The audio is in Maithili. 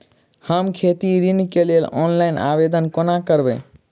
हम खेती ऋण केँ लेल ऑनलाइन आवेदन कोना करबै?